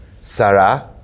Sarah